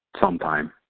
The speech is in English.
sometime